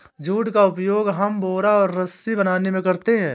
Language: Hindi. जूट का उपयोग हम बोरा और रस्सी बनाने में करते हैं